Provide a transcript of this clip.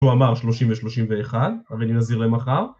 הוא אמר שלושים ושלושים ואחד, אבל אני מחזיר להם מחר.